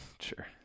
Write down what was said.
Sure